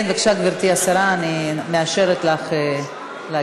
כן, בבקשה, גברתי השרה, אני מאשרת לך להגיב.